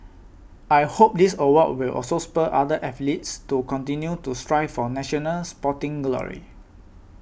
I hope this award will also spur other athletes to continue to strive for national sporting glory